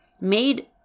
made